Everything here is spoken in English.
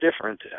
different